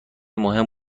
مهم